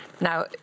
Now